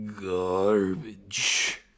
garbage